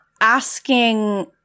asking